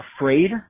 Afraid